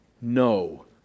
No